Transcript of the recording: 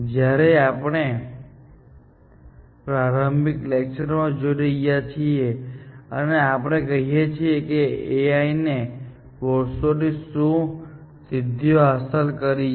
જ્યારે આપણે પ્રારંભિક લેક્ચર જોઈ રહ્યા છીએ અને આપણે કહીએ છીએ કે AI એ વર્ષોથી શું સિદ્ધિઓ હાંસલ કરી છે